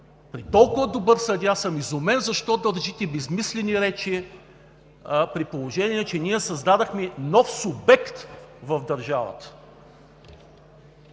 като толкова добър съдия, съм изумен защо държите безсмислени речи, при положение че ние създадохме нов субект в държавата.